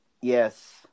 Yes